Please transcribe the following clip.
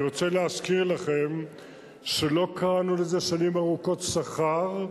אני רוצה להזכיר לכם שלא קראנו לזה שנים ארוכות "שכר",